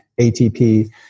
ATP